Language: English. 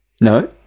No